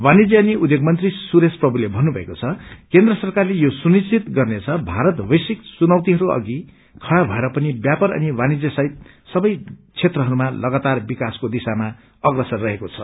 वाणिजय अनि उध्योग मंत्री सुरेश प्रभुते भन्नुभएको छ केन्द्र सरकारले यो सुनिश्चित गर्नेछ भारत वैश्विक चुनौतीहरू अघि खड़ा भएर पनि व्यापार अनि वाणिज्य सहित संवै क्षेत्रहरूमा लगातार विकासको दिशामा अग्रसर रहेको छ